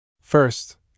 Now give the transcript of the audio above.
First